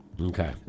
Okay